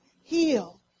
Heal